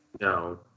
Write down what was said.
No